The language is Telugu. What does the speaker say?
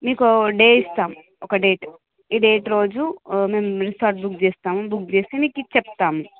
మీకు ఒక డే ఇస్తాము ఒక డేట్ ఈ డేట్ రోజు మేము మీకు స్లాట్ బుక్ చేస్తాము బుక్ చేసి మీకు చెప్తాము